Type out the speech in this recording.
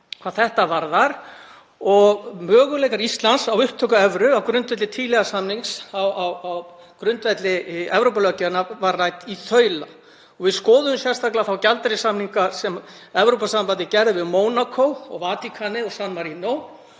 hvað þetta varðar. Möguleikar Íslands á upptöku evru á grundvelli tvíhliða samnings á grundvelli Evrópulöggjafar var rædd í þaula. Við skoðuðum sérstaklega þá gjaldeyrissamninga sem Evrópusambandið gerði við Mónakó og Vatíkanið og San Marínó